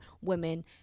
women